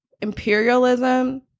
imperialism